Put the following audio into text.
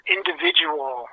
individual